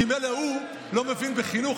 כי מילא שהוא לא מבין בחינוך,